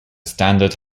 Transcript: standard